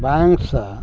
bank सऽ